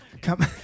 come